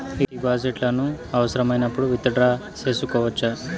ఈ డిపాజిట్లను అవసరమైనప్పుడు విత్ డ్రా సేసుకోవచ్చా?